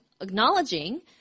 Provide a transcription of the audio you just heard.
acknowledging